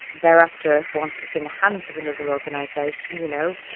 thereafter, once it's in the hands of another organisation, you know,